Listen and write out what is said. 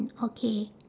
okay